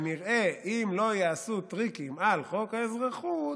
כנראה אם לא ייעשו טריקים על חוק האזרחות,